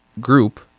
group